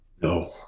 No